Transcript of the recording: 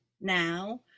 now